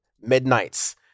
Midnight's